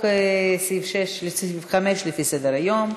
מסעיף 5 לפי סדר-היום: